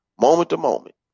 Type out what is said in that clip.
Moment-to-moment